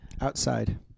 Outside